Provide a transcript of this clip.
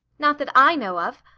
not that i know of.